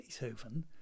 Beethoven